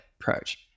approach